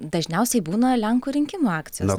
dažniausiai būna lenkų rinkimų akcijos